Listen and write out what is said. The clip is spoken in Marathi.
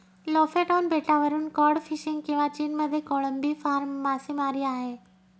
लोफेटोन बेटावरून कॉड फिशिंग किंवा चीनमध्ये कोळंबी फार्म मासेमारी आहे